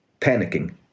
Panicking